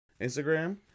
Instagram